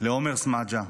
לעומר סמדג'ה,